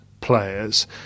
players